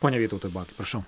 pone vytautai bakai prašau